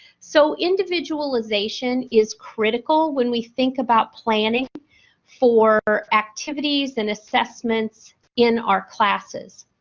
so, individualization is critical when we think about planning for activities and assessments in our classes.